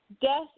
Death